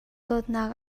dawtnak